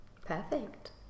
Perfect